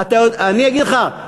מסכים אתך.